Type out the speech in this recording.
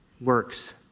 Works